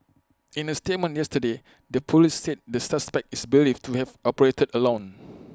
in A statement yesterday the Police said the suspect is believed to have operated alone